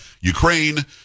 Ukraine